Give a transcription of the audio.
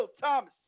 Thomas